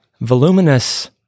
voluminous